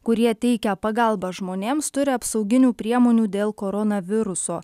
kurie teikia pagalbą žmonėms turi apsauginių priemonių dėl koronaviruso